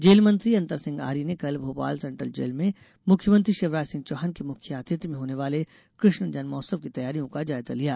jail मंत्री अन्तर सिंह आर्य ने कल भोपाल सेन्ट्रल जेल में मुख्यमंत्री शिवराज सिंह चौहान के मुख्य आतिथ्य में होने वाले कृष्ण जन्मोत्सव की तैयारियों का जायजा लिया